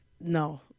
no